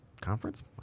Conference